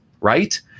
right